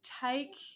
take